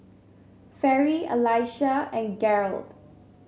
Fairy Allyssa and Garold